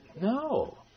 No